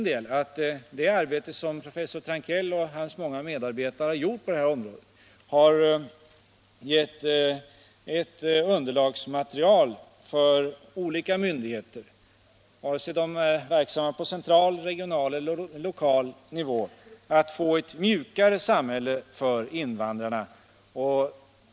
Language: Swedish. Det arbete som professor Trankell och hans många medarbetare gjort på detta område har gett ett underlagsmaterial för olika myndigheter — vare sig de är verksamma på central, regional eller lokal nivå — i deras arbete att åstadkomma ett mjukare samhälle för invandrarna.